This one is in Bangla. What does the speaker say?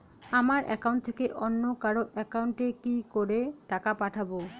আমার একাউন্ট থেকে অন্য কারো একাউন্ট এ কি করে টাকা পাঠাবো?